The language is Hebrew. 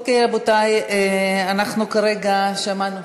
רבותי, אנחנו כרגע שמענו,